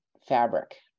fabric